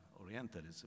Orientalism